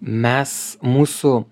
mes mūsų